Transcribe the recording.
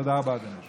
תודה רבה, אדוני.